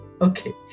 okay